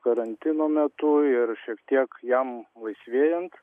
karantino metu ir šiek tiek jam laisvėjant